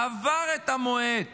עבר המועד